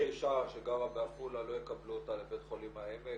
שאישה שגרה בעפולה לא יקבלו אותה לבית חולים העמק